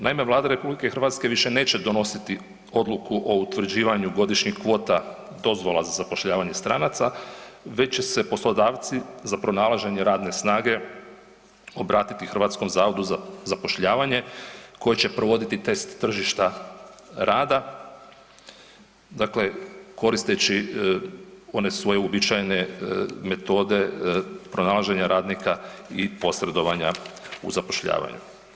Naime, Vlada RH više neće donositi odluku o utvrđivanju godišnjih kvota dozvola za zapošljavanje stranaca, već će se poslodavci za pronalaženje radne snage obratiti HZZ-u koji će provoditi test tržišta rada, dakle, koristeći one svoje uobičajene metode pronalaženja radnika i posredovanja u zapošljavanju.